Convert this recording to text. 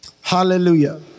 Hallelujah